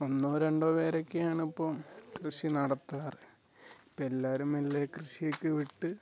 ഒന്നോ രണ്ടോ പേരൊക്കെയാണ് ഇപ്പം കൃഷി നടത്താറ് ഇപ്പം എല്ലാവരും മെല്ലെ കൃഷിയൊക്കെ വിട്ട്